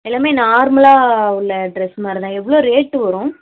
எல்லாமே நார்மலாக உள்ள ட்ரெஸ்மாதிரி தான் எவ்வளோ ரேட்டு வரும்